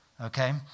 okay